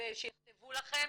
ושיכתבו לכם,